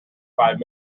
five